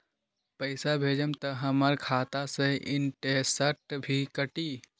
पैसा भेजम त हमर खाता से इनटेशट भी कटी?